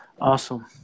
awesome